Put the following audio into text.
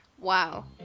Wow